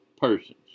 persons